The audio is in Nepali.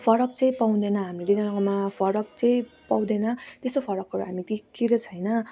फरक चाहिँ पाउँदैन हामी दुईजनामा फरक चाहिँ पाउँदैन त्यस्तो फरकहरू हामी देखेको छैन